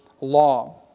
law